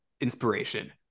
inspiration